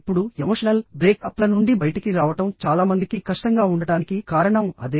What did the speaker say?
ఇప్పుడు ఎమోషనల్ బ్రేక్ అప్ల నుండి బయటికి రావడం చాలా మందికి కష్టంగా ఉండటానికి కారణం అదే